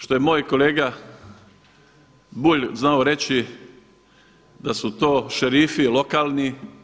Što je moj kolega Bulj znao reći da su to šerifi lokalni.